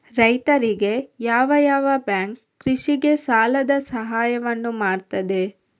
ರೈತರಿಗೆ ಯಾವ ಯಾವ ಬ್ಯಾಂಕ್ ಕೃಷಿಗೆ ಸಾಲದ ಸಹಾಯವನ್ನು ಮಾಡ್ತದೆ?